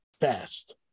fast